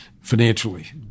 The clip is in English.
financially